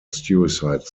suicide